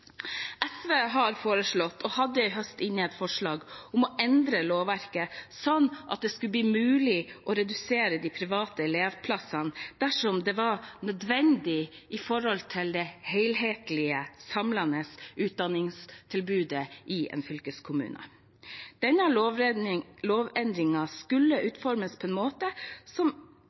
SV har foreslått, og hadde i høst inne et forslag om, å endre lovverket sånn at det skulle bli mulig å redusere de private elevplassene dersom det var nødvendig med tanke på det helhetlige, samlede utdanningstilbudet i en fylkeskommune. Denne lovendringen skulle utformes på en måte som